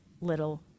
little